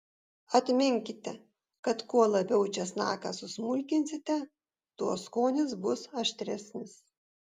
atminkite kad kuo labiau česnaką susmulkinsite tuo skonis bus aštresnis